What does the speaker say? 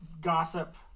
gossip